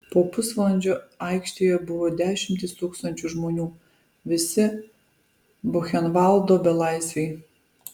po pusvalandžio aikštėje buvo dešimtys tūkstančių žmonių visi buchenvaldo belaisviai